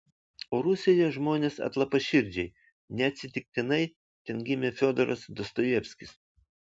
o rusijoje žmonės atlapaširdžiai neatsitiktinai ten gimė fiodoras dostojevskis